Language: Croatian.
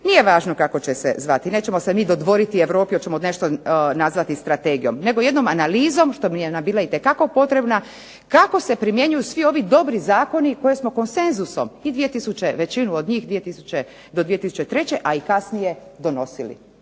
nije važno kako će se zvati, nećemo se mi dodvoriti Europi hoćemo nešto nazvati strategijom, nego jednom analizom što nam je bila itekako potrebna, kako se primjenjuju svi ovi dobri Zakoni koje smo konsenzusom, većinu od njih 2000. do 2003. a i kasnije donosili.